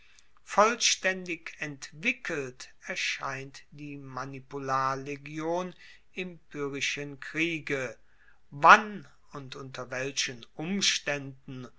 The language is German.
vollstaendig entwickelt erscheint die manipularlegion im pyrrhischen kriege wann und unter welchen umstaenden